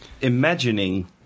imagining